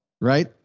right